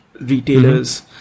retailers